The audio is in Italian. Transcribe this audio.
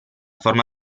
forma